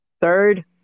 third